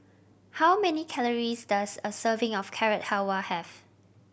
how many calories does a serving of Carrot Halwa have